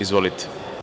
Izvolite.